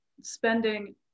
spending